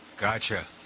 Gotcha